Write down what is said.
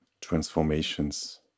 transformations